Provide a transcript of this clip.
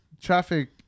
traffic